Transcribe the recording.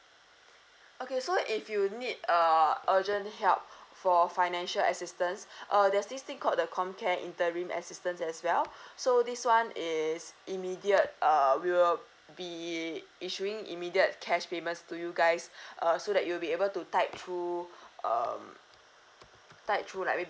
okay so if you need err urgent help for financial assistance uh there's this thing called the comcare interim assistance as well so this one is immediate uh we will be issuing immediate cash payments to you guys uh so that you'll be able to tide through um tide through like